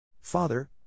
Father